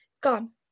Gone